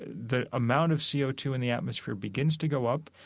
the amount of c o two in the atmosphere begins to go up.